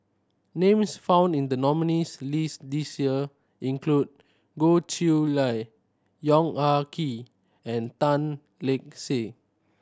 names found in the nominees' list this year include Goh Chiew Lye Yong Ah Kee and Tan Lark Sye